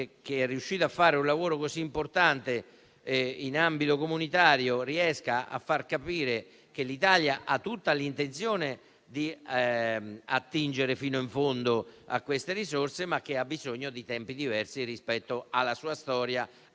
che è riuscito a fare un lavoro così importante, in ambito comunitario riesca a far capire che l'Italia ha tutta l'intenzione di attingere fino in fondo alle risorse, ma che ha bisogno di tempi diversi rispetto alla sua storia,